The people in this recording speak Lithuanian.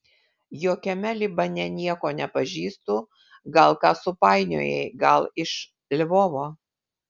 jokiame libane nieko nepažįstu gal ką supainiojai gal iš lvovo